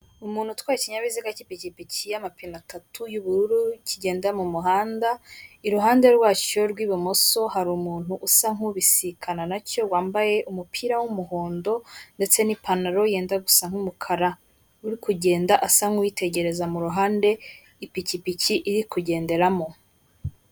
Icyapa cyo mu muhanda gifite ishusho ya mpande eshatu kizengurutswe n'umutuku, imbere ubuso n'umweru, ikirango n'umukara. Iki cyapa kirereka abayobozi b'amamodoka ko imbere aho bari kujya hari kubera ibikorwa by'ubwubatsi.